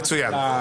מצוין.